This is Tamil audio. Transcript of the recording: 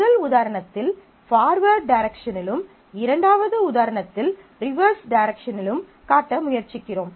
முதல் உதாரணத்தில் பார்வேர்ட் டிரெக்ஷனிலும் இரண்டாவது உதாரணத்தில் ரிவெர்ஸ் டிரெக்ஷனிலும் காட்ட முயற்சிக்கிறோம்